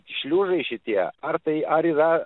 šliužai šitie ar tai ar yra